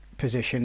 position